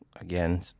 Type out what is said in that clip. again